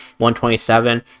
127